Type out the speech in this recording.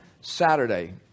Saturday